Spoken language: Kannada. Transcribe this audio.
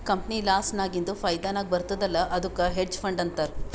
ಕಂಪನಿ ಲಾಸ್ ನಾಗಿಂದ್ ಫೈದಾ ನಾಗ್ ಬರ್ತುದ್ ಅಲ್ಲಾ ಅದ್ದುಕ್ ಹೆಡ್ಜ್ ಫಂಡ್ ಅಂತಾರ್